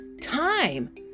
time